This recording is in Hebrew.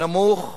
נמוך